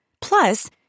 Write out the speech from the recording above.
Plus